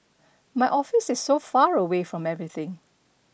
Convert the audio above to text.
my office is so far away from everything